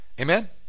Amen